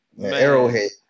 Arrowhead